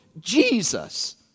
Jesus